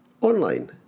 online